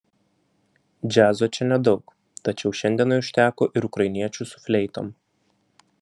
džiazo čia nedaug tačiau šiandienai užteko ir ukrainiečių su fleitom